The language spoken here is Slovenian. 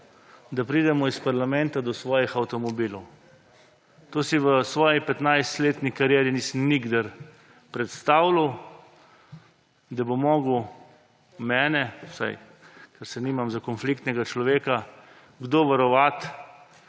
da pridemo iz parlamenta do svojih avtomobilov. Tega si v svoji 15-letni karieri nisem nikdar predstavljal, da bo moral mene, vsaj ker se nimam za konfliktnega človeka, kdo varovati,